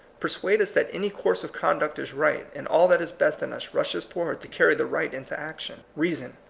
perauade us that any course of conduct is right, and all that is best in us rushes forward to carry the right into action. reason,